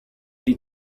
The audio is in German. die